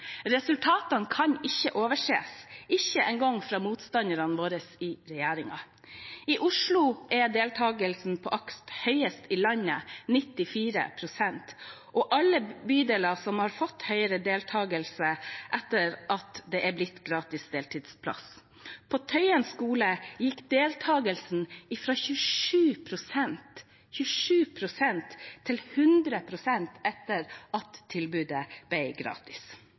Resultatene kan ikke overses, ikke engang fra motstanderne våre i regjeringen. I Oslo er deltakelsen på AKS høyest i landet, 94 pst., og alle bydeler har fått høyere deltakelse etter at det har blitt gratis deltidsplass. På Tøyen skole gikk deltakelsen opp fra 27 pst. til 100 pst. etter at tilbudet ble gratis.